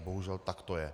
Bohužel, tak to je.